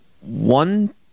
one